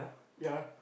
ya